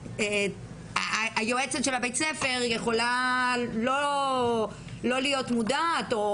היועצת של בית הספר יכולה לא להיות מודעות,